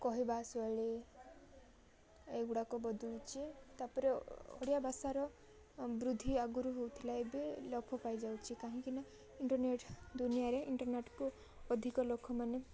କହିବା ଶୈଳୀ ଏଗୁଡ଼ାକ ବଦଳୁଛି ତାପରେ ଓଡ଼ିଆ ଭାଷାର ବୃଦ୍ଧି ଆଗରୁ ହଉଥିଲା ବି ଲକ୍ଷ ପାଇଯାଉଛି କାହିଁକିନା ଇଣ୍ଟର୍ନେଟ୍ ଦୁନିଆରେ ଇଣ୍ଟରନେଟ୍କୁ ଅଧିକ ଲୋକମାନେ